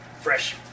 fresh